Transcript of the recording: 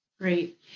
Great